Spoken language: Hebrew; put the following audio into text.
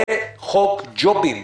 זה חוק ג'ובים.